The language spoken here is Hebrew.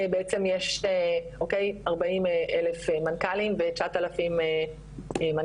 בעצם יש 40,000 מנכ"לים ו- 9,000 מנכ"ליות,